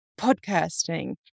podcasting